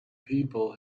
people